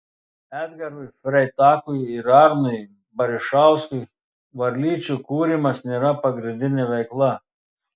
edgarui freitakui ir arnui barišauskui varlyčių kūrimas nėra pagrindinė veikla